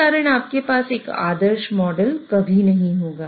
उसके कारण आपके पास एक आदर्श मॉडल कभी नहीं होगा